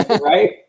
right